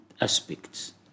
aspects